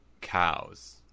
cows